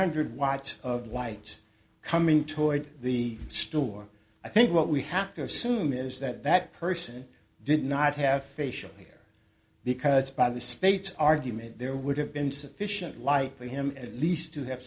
hundred watts of light coming toward the store i think what we have to assume is that that person did not have facial hair because by the state's argument there would have been sufficient light for him at least to have